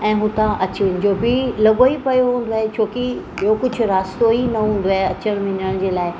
ऐं हुता अचवञ जो बि लॻो ई पियो हूंदो आहे छोकी ॿियों कुझु रास्तो ई न हूंदो आहे अचण वञण जे लाइ